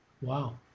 Wow